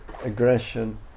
aggression